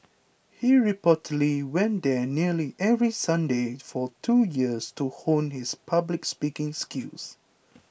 he reportedly went there nearly every Sunday for two years to hone his public speaking skills